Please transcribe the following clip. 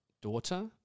daughter